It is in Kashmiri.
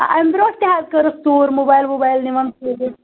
اَ اَمہِ برٛونٛٹھ تہِ حظ کٔرٕکھ ژوٗر موبایل ووبایل نِوان ژوٗرِ